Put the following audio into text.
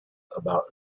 about